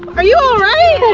are you alright?